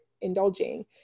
indulging